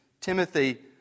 Timothy